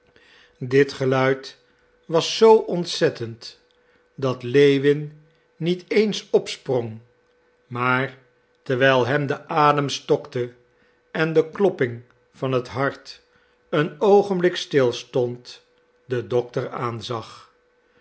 dit geluid was zoo ontzettend dat lewin niet eens opsprong maar terwijl hem de adem stokte en de klopping van het hart een oogenblik stilstond den dokter aanzag